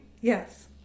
Yes